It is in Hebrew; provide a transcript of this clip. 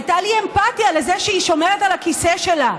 הייתה לי אמפתיה לזה שהיא שומרת על הכיסא שלה.